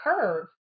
curve